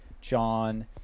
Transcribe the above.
John